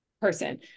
person